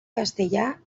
castellà